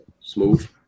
Smooth